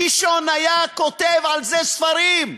קישון היה כותב על זה ספרים.